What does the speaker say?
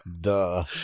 Duh